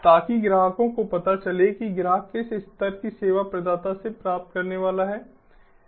ताकि ग्राहकों को पता चले कि ग्राहक किस स्तर की सेवा प्रदाता से प्राप्त करने वाला है